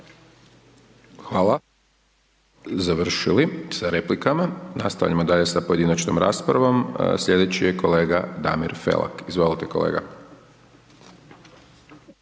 Hvala, završili sa replikama. Nastavljamo dalje sa pojedinačnom raspravom, slijedeći je kolega Damir Felak, izvolite kolega.